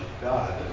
God